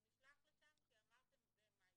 הוא נשלח לשם כי אמרתם, זה מה יש,